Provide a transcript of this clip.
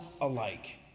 alike